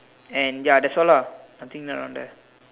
and ya that's all lah I think around there